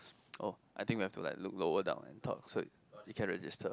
oh I think we have to like look lower down and talk so it can register